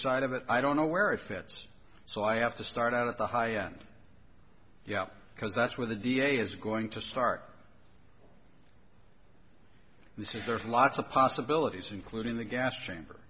side of it i don't know where it fits so i have to start out at the high end you know because that's where the d a is going to start this is there are lots of possibilities including the gas chamber